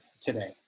today